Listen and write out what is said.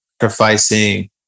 sacrificing